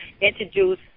introduce